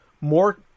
more